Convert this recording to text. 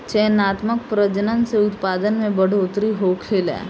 चयनात्मक प्रजनन से उत्पादन में बढ़ोतरी होखेला